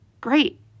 Great